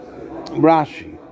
Rashi